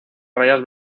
rayas